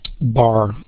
bar